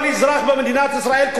כל אזרח במדינת ישראל,